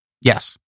yes